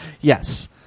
yes